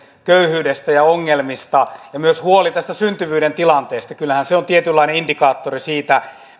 köyhyydestä ja ongelmista ja myös huoli syntyvyyden tilanteesta kyllähän se on tietynlainen indikaattori siitä